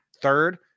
third